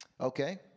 okay